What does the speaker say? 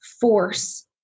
force